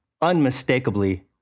unmistakably